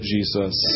Jesus